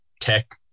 tech